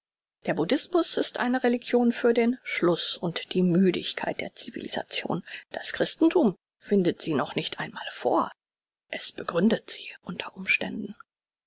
der buddhismus ist eine religion für den schluß und die müdigkeit der civilisation das christentum findet sie noch nicht einmal vor es begründet sie unter umständen